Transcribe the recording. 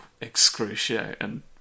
excruciating